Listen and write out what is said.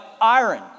iron